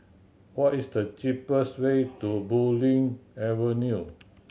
what is the cheapest way to Bulim Avenue